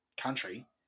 country